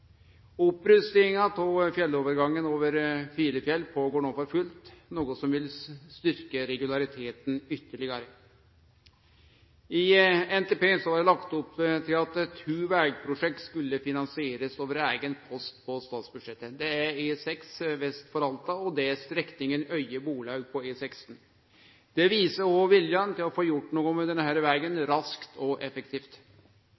Opprustinga av fjellovergangen over Filefjell går no føre seg for fullt, noko som vil styrkje regulariteten ytterlegare. I NTP var det lagt opp til at to vegprosjekt skulle finansierast over eigen post på statsbudsjettet. Det er E6 vest for Alta, og det er strekninga Øye–Borlaug på E16. Det viser òg viljen til å få gjort noko med denne